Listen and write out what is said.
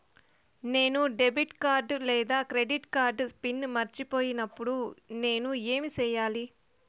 నేను debit card లేదా credit card PIN మర్చిపోయినప్పుడు నేను ఏమి సెయ్యాలి?